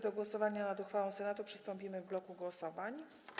Do głosowania nad uchwałą Senatu przystąpimy w bloku głosowań.